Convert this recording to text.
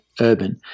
urban